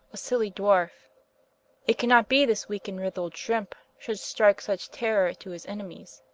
a silly dwarfe it cannot be, this weake and writhled shrimpe should strike such terror to his enemies